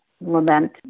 lament